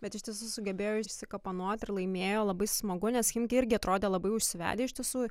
bet iš tiesų sugebėjo išsikapanot ir laimėjo labai smagu nes chimki irgi atrodė labai užsivedę iš tiesų